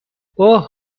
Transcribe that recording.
اوه